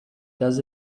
does